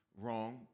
wrong